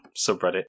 subreddit